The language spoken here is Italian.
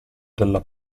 della